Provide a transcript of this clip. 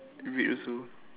red also